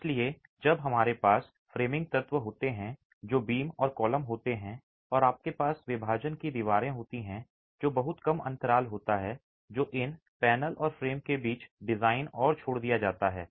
इसलिए जब हमारे पास फ़्रेमिंग तत्व होते हैं जो बीम और कॉलम होते हैं और आपके पास विभाजन की दीवारें होती हैं तो बहुत कम अंतराल होता है जो इन पैनल और फ्रेम के बीच डिज़ाइन और छोड़ दिया जाता है